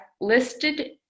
listed